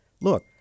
Look